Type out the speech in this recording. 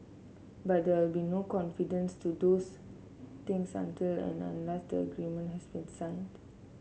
but there will be no confidence to things until and unless that agreement has been signed